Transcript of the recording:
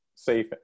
safe